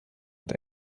und